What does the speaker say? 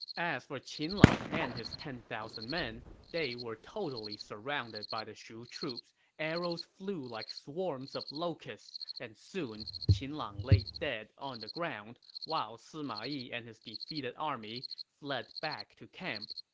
as for qin lang and his ten thousand men, men, they were totally surrounded by the shu troops. arrows flew like swarms of locusts, and soon qin lang lay dead on the ground while sima yi and his defeated army fled back to camp.